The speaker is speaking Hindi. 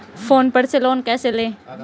फोन पर से लोन कैसे लें?